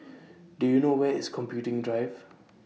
Do YOU know Where IS Computing Drive